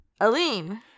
Aline